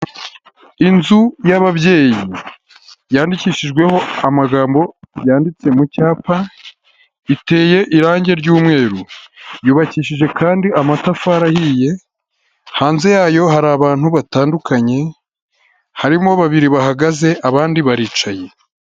Inzu y'ababyeyi yandikishijweho amagambo yanditse mu cyapa, iteye irange ry'umweru yubakishije kandi amatafari ahiye, hanze yayo hari abantu batandukanye harimo babiri bahagaze abandi baricaye.